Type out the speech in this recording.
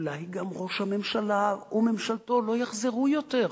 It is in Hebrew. שאולי גם ראש הממשלה וממשלתו לא יחזרו אחריהן?